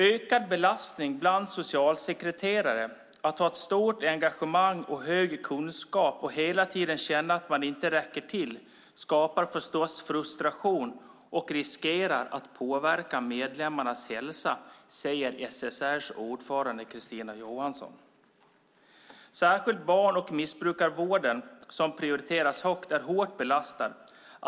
Ökad belastning bland socialsekreterare, att ha ett stort engagemang och hög kunskap, att hela tiden känna att man inte räcker till, skapar förstås frustration och riskerar att påverka medlemmarnas hälsa, säger SSR:s ordförande Christin Johansson. Särskilt barn och missbrukarvården, som prioriteras högt, är hårt belastad.